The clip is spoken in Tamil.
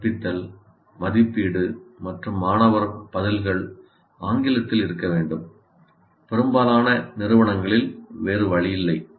கற்பித்தல் மதிப்பீடு மற்றும் மாணவர் பதில்கள் ஆங்கிலத்தில் இருக்க வேண்டும் பெரும்பாலான நிறுவனங்களில் வேறு வழியில்லை